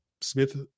Smith